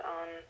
on